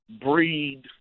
breed